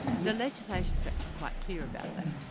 the legislation's actually quite clear about that.